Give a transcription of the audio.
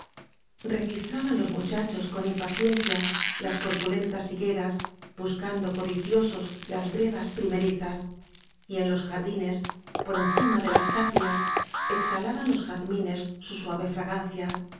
registraban los muchachos con impaciencia las corpulentas higueras buscando codiciosos las brevas primerizas y en los jardines por en cima de las tapias exhalaban los jazmines su suave fragancia